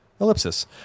Ellipsis